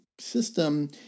system